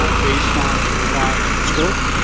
ah based on a revised scope,